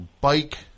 bike